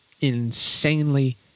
insanely